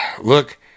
look